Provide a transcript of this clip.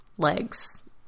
Legs